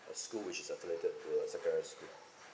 a school which is affiliated to a secondary school